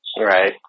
Right